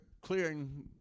clearing